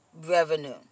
revenue